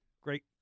Great